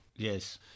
Yes